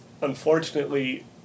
unfortunately